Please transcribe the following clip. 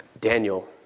Daniel